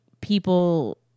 people